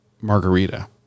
margarita